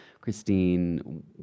Christine